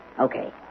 Okay